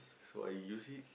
so I use it